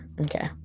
Okay